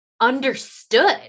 understood